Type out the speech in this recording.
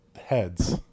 heads